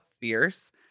fierce